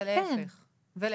ולהפך.